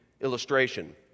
illustration